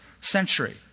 century